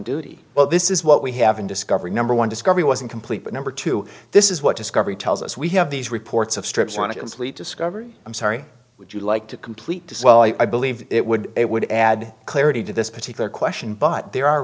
duty well this is what we haven't discovered number one discovery was incomplete number two this is what discovery tells us we have these reports of strips want to complete discovery i'm sorry would you like to complete this well i believe it would it would add clarity to this particular question but there are